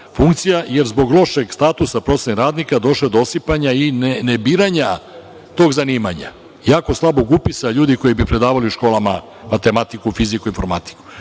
funkcija, jer zbog lošeg statusa prosvetnih radnika došlo je osipanja i nebiranja tog zanimanja, jako slabog upisa ljudi koji bi predavali u školama matematiku, fiziku i informatiku,